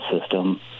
system